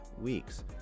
weeks